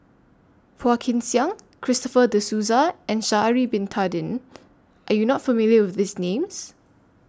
Phua Kin Siang Christopher De Souza and Sha'Ari Bin Tadin Are YOU not familiar with These Names